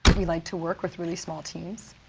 we like to work with really small teams.